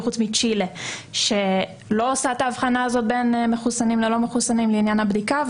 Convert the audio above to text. חוץ מצ'ילה שלא עושה את ההבחנה בין מחוסנים ללא מחוסנים לעניין הבדיקה.